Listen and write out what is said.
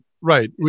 Right